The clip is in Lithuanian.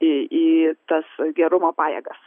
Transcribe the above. į tas gerumo pajėgas